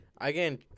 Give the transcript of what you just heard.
Again